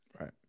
Right